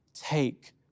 take